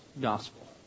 gospel